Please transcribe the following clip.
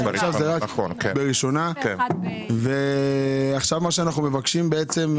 עכשיו מה שאנחנו מבקשים בעצם,